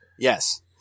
Yes